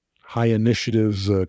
high-initiatives